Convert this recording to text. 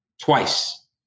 Twice